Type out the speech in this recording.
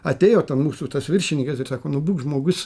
atėjo ten mūsų tas viršininkas ir sako nu būk žmogus